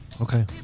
Okay